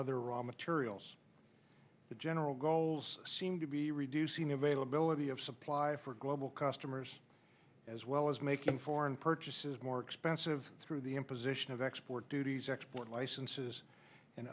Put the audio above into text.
raw materials the general goals seem to be reducing availability of supply for global customers as well as making foreign purchases more expensive through the imposition of export duties export licenses and